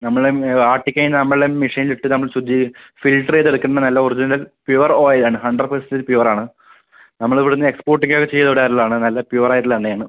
നമ്മള് തന്നെ അത് ആക്കി കഴിഞ്ഞാൽ നമ്മള് മെഷീനിൽ ഇട്ട് നമ്മള് ശുദ്ധീ ഫിൽറ്റർ ചെയ്ത് എടുക്കുന്ന നല്ല ഒറിജിനൽ പ്യുവർ ഓയിൽ ആണ് ഹണ്ട്രഡ് പെർസെന്റ് പ്യുവർ ആണ് നമ്മൾ ഇവിടുന്ന് എക്സ്പോർട്ട് ഒക്കെ അത് ചെയ്ത് വിടാറ് ഉള്ളത് ആണ് നല്ല പ്യുവർ ആയിട്ട് ഉള്ള എണ്ണ ആണ്